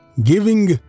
Giving